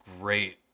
great